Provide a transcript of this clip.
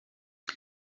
com